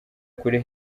kure